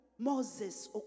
Moses